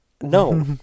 No